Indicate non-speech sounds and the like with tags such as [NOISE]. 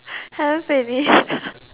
haven't finish [LAUGHS]